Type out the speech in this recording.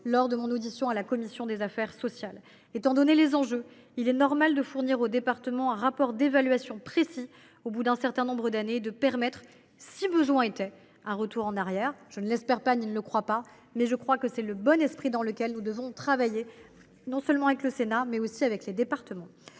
lors de mon audition par la commission des affaires sociales. Étant donné les enjeux, il est normal de fournir aux départements un rapport d’évaluation précis du dispositif au bout d’un certain nombre d’années et de permettre, si besoin est, un retour en arrière. J’espère que nous n’aurons pas à le faire et je ne crois pas que ce sera le cas, mais tel est le bon esprit dans lequel nous devons travailler, non seulement avec le Sénat, mais aussi avec les départements.